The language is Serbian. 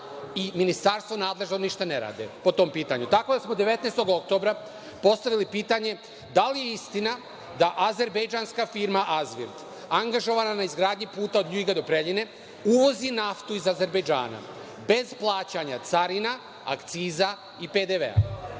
i ministarstvo nadležno ništa ne rade po tom pitanju. Tako da smo 19. oktobra postavili pitanje da li je istina da azejberdžanska firma „Azvild“ angažovana na izgradnji puta od LJiga do Preljine, uvozi naftu iz Azejberdžana, bez plaćanja carina, akciza i PDV-a.